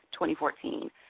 2014